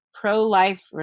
pro-life